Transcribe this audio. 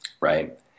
Right